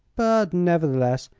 but, nevertheless,